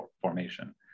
formation